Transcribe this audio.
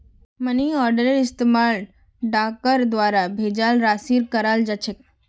money आर्डरेर इस्तमाल डाकर द्वारा भेजाल राशिर कराल जा छेक